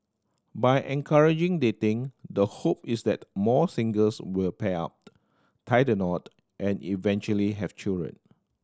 by encouraging dating the hope is that more singles will pair up tie the knot and eventually have children